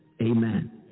amen